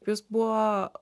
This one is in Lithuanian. jis buvo